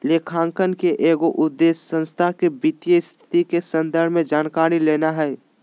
लेखांकन के एगो उद्देश्य संस्था के वित्तीय स्थिति के संबंध में जानकारी लेना हइ